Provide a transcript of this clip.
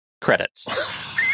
Credits